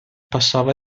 passava